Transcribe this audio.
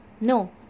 No